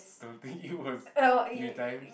don't think it was three times